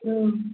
औ